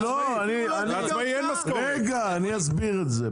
אני אסביר את זה.